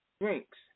drinks